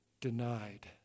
denied